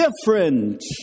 different